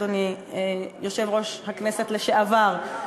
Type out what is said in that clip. אדוני יושב-ראש הכנסת לשעבר,